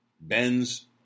Benz